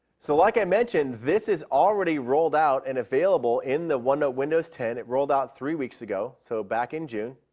so like i mentioned, this is already rolled out and available in the onenote windows ten. it rolled out three weeks ago. so back in june.